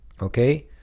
Okay